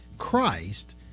Christ